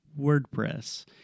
WordPress